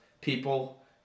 people